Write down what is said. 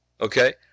Okay